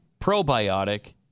probiotic